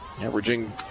Averaging